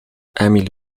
emil